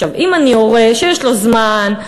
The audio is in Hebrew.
אם אני הורה שיש לו זמן,